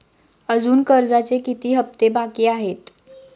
अजुन कर्जाचे किती हप्ते बाकी आहेत?